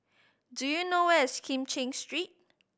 do you know where is Kim Cheng Street